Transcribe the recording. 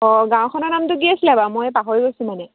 অঁ গাঁওখনৰ নামটো কি আছিলে বাৰু মই পাহৰি গৈছোঁ মানে